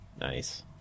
Nice